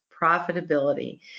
profitability